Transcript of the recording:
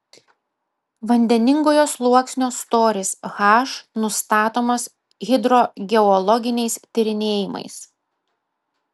vandeningojo sluoksnio storis h nustatomas hidrogeologiniais tyrinėjimais